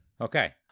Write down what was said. Okay